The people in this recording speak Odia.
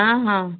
ହଁ ହଁ